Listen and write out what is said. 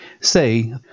Say